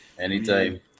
Anytime